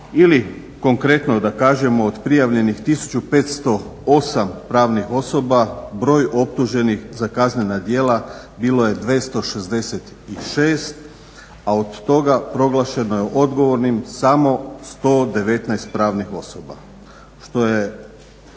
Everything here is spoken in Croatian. Ili konkretno da kažemo od prijavljenih 1508 pravnih osoba broj optuženih za kaznena djela bio je 266, a od toga proglašeno je odgovornim samo 119 pravnih osoba. Što je